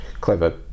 clever